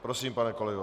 Prosím, pane kolego.